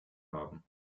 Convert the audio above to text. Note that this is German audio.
haben